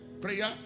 prayer